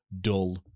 dull